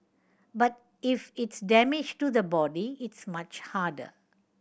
but if it's damage to the body it's much harder